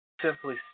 Simply